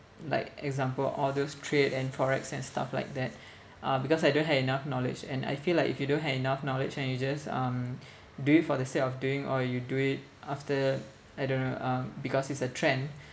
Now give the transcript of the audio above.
like example all those trade and FOREX and stuff like that uh because I don't have enough knowledge and I feel like if you don't have enough knowledge and you just um do it for the sake of doing or you do it after I don't know um because it's a trend